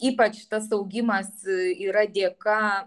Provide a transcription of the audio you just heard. ypač tas augimas yra dėka